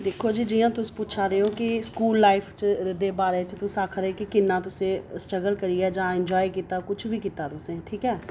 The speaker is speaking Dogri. दिक्खो जी जि'यां तुस पु च्छा देओ कि स्कूल लाईफ च दे बारे च तुस आखदे कि कि'न्ना तुस स्ट्रगल करियै जां इंजाय कीताी कुछ बी कीता तुसें ठीक ऐ